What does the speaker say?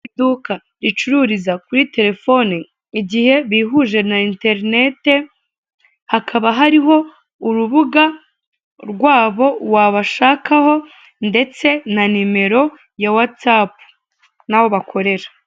Iduka ricururiza kuri terefone igihe bihuje na interinete, hakaba hariho urubuga rwabo wabashakaho ndetse na nimero ya watsapu n'aho bakorera.